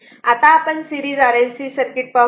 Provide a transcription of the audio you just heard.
आता आपण series RLC circuit पाहूया